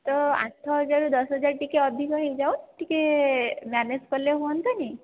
ତ ଆଠ ହଜାର ଦଶହଜାରରୁ ଟିକେ ଅଧିକ ହେଇଯାଉ ଟିକେ ମ୍ୟାନେଜ କଲେ ହୁଅନ୍ତାନି